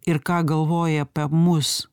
ir ką galvoja apie mus